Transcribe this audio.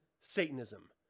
Satanism